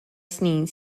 snin